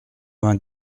vingt